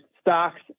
stocks